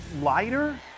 lighter